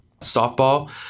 softball